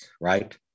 right